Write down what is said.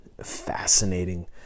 fascinating